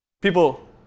People